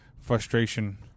frustration